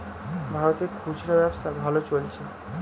ভারতে খুচরা ব্যবসা ভালো চলছে